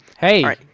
Hey